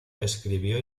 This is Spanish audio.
escribió